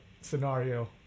scenario